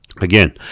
Again